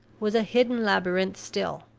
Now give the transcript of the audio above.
was a hidden labyrinth still.